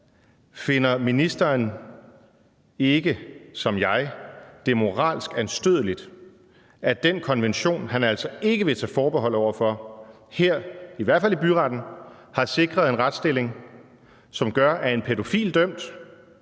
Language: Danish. Finder ministeren ikke som jeg det moralsk anstødeligt, at den konvention, han altså ikke vil tage forbehold over for, her, i hvert fald i byretten, har sikret en retsstilling, som gør, at en pædofilidømt